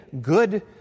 good